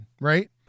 right